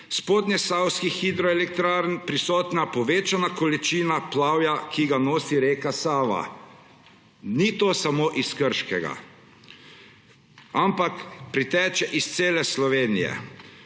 spodnjesavskih hidroelektrarn prisotna povečana količina plavja, ki ga nosi reka Sava; ni to samo iz Krškega, ampak priteče iz cele Slovenije.